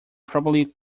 probably